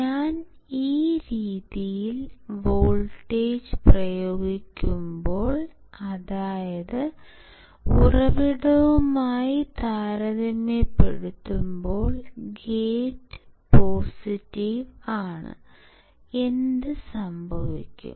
ഞാൻ ഈ രീതിയിൽ വോൾട്ടേജ് പ്രയോഗിക്കുമ്പോൾ അതായത് ഉറവിടവുമായി താരതമ്യപ്പെടുത്തുമ്പോൾ ഗേറ്റ് പോസിറ്റീവ് ആണ് എന്ത് സംഭവിക്കും